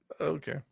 Okay